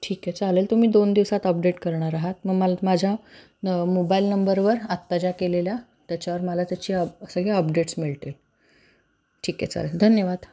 ठीक आहे चालेल तुम्ही दोन दिवसात अपडेट करणार आहात मग मला माझ्या न मोबायल नंबरवर आत्ताच्या केलेल्या त्याच्यावर मला त्याची अप सगळे अपडेट्स मिळतील ठीक आहे चालेल धन्यवाद